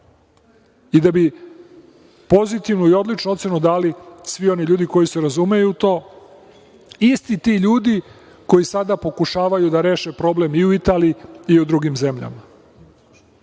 i da bi pozitivnu i odličnu ocenu dali svi oni ljudi koji se razumeju u to, isti ti ljudi koji sada pokušavaju da reše problem i u Italiji i u drugim zemljama.